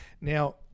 Now